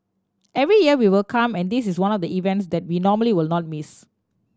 every year we will come and this is one of the events that we normally will not miss